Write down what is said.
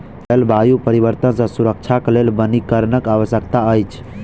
जलवायु परिवर्तन सॅ सुरक्षाक लेल वनीकरणक आवश्यकता अछि